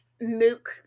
Mook